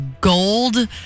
gold